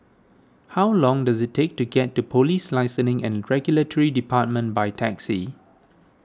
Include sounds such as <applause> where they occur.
how long does it take to get to Police <unintelligible> and Regulatory Department by taxi